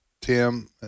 Tim